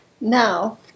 Now